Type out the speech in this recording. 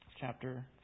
chapter